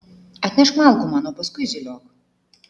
atnešk malkų man o paskui zyliok